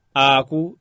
aku